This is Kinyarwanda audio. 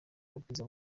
ubwiza